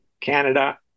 Canada